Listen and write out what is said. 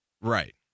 right